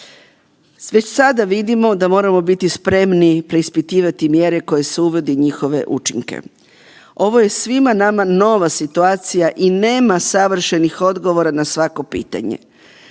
već sada vidimo da moramo biti spremni preispitivati mjere koje se uvodi i njihove učinke. Ovo je svima nama nova situacija i nema savršenih odgovora na svako pitanje.